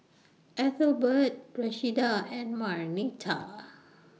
Ethelbert Rashida and Marnita